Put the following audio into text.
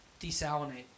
Desalinate